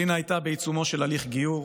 אלינה הייתה בעיצומו של הליך גיור,